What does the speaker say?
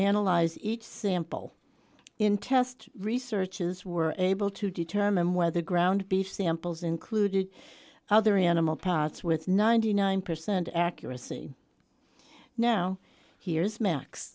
analyze each sample in test researches were able to determine whether ground beef samples included other animal parts with ninety nine percent accuracy now hears max